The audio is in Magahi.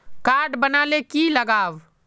कार्ड बना ले की लगाव?